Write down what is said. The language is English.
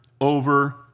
over